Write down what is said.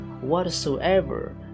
whatsoever